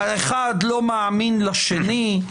האחד לא מאמין לשני,